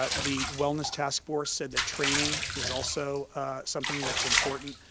ah the wellness task force said that training is also something that's important.